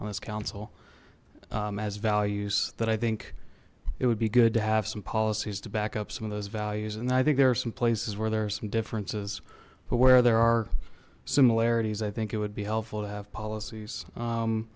on this council as values that i think it would be good to have some policies to back up some of those values and i think there are some places where there are some differences but where there are similarities i think it would be helpful to have policies